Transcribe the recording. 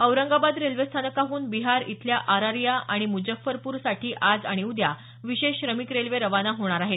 औरंगाबाद रेल्वेस्थानकाहून बिहार इथल्या अरारिया आणि मुझफ्फरपूर साठी आज आणि उद्या विशेष श्रमिक रेल्वे खाना होणार आहेत